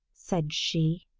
said she.